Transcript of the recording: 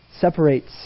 Separates